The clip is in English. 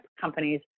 companies